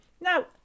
Now